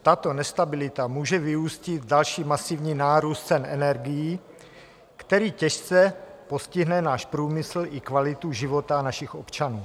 Tato nestabilita může vyústit v další masívní nárůst cen energií, který těžce postihne náš průmysl i kvalitu života našich občanů.